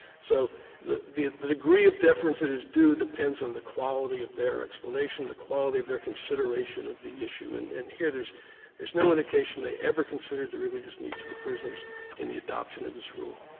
so the the degree of deference it is due depends on the quality of their explanation, the quality of their consideration of the issue, and and here there's there's no indication they ever considered the religious needs of the prisoners in the adoption of this rule,